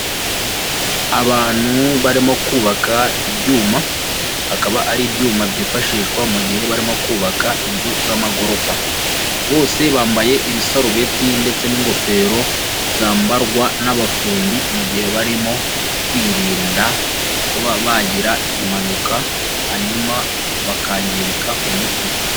Abantu barimo kubaka ibyuma akaba ari ibyuma byifashishwa mu gihe barimo kubaka inzu z'amagorofa, bose bambaye ibisarubeti ndetse n'ingofero zambarwa n'abafundi mu gihe barimo kwirinda kuba bagira impanuka hanyuma bakangirika umutwe.